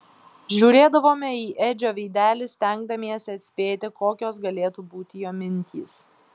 žiūrėdavome į edžio veidelį stengdamiesi atspėti kokios galėtų būti jo mintys